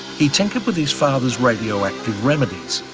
he'd tinker with his father's radioactive remedies,